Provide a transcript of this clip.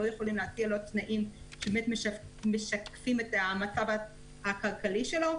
לא יכולים להציע לו תנאים שמשקפים את המצב הכלכלי שלו,